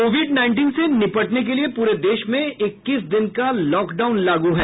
Covid nineteen से निपटने के लिए पूरे देश में इक्कीस दिन का लॉकडाउन लागू है